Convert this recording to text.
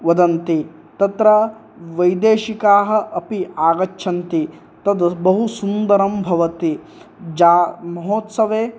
वदन्ति तत्र वैदेशिकाः अपि आगच्छन्ति तद् बहु सुन्दरं भवति जा महोत्सवे